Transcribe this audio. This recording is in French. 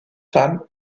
femmes